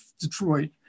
Detroit